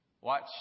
watch